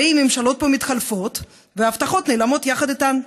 הרי ממשלות פה מתחלפות, וההבטחות נעלמות יחד איתן.